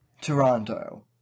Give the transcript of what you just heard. Toronto